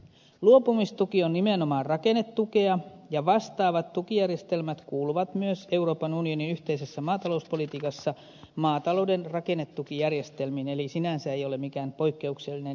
luopumistuki on nimenomaan rakennetukea ja vastaavat tukijärjestelmät kuuluvat myös euroopan unionin yhteisessä maatalouspolitiikassa maatalouden rakennetukijärjestelmiin eli sinänsä se ei ole mikään poikkeuksellinen järjestelmä